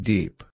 Deep